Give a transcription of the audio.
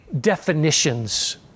definitions